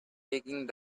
taking